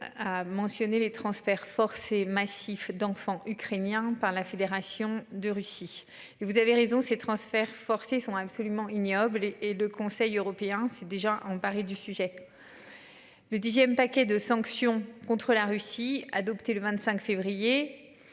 à mentionner les transferts forcés massif d'enfants ukrainiens par la Fédération de Russie et vous avez raison, ces transferts forcés sont absolument ignoble et et le Conseil européen s'est déjà emparée du sujet. Le dixième paquet de sanctions contre la Russie, adoptée le 25 février.